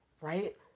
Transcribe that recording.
right